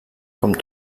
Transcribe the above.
com